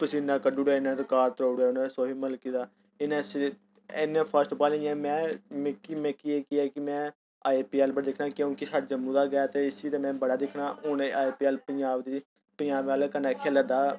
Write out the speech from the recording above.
पसीना कड्ढी ओड़ेआ इ'न्ने रिकार्ड त्रोड़ेआ इ'न्ने सोहेब मलिक दा इ'न्ने इ'न्ना फास्ट बॉलर में मिक्की मिक्की एह् ऐ के ऐ कि में आई पी ऐल्ल पर दिक्खां क्योंकि साढ़े जम्मू दा गै ऐ ते इसी ते में बड़ा गै दिक्खना हून एह् आई पी ऐल्ल पंजाब दी पंजाब आह्लें कन्नै खेढै दा हा